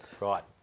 Right